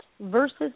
versus